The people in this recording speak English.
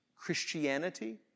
Christianity